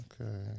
okay